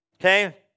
okay